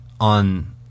on